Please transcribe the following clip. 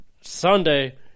Sunday